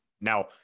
Now